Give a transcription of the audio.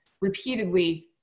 repeatedly